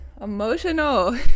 emotional